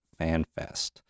FanFest